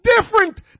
different